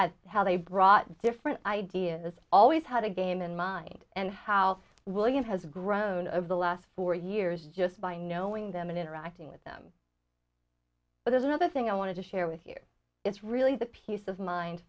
at how they brought different ideas always had a game in mind and how william has grown over the last four years just by knowing them and interacting with them but there's another thing i wanted to share with you it's really the peace of mind